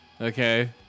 Okay